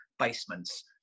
basements